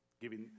Giving